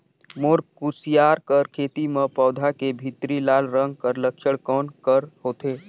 मोर कुसियार कर खेती म पौधा के भीतरी लाल रंग कर लक्षण कौन कर होथे?